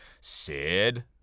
Sid